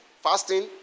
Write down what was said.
fasting